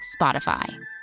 Spotify